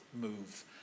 Move